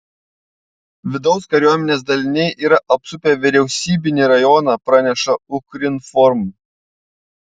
vidaus kariuomenės daliniai yra apsupę vyriausybinį rajoną praneša ukrinform